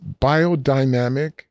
biodynamic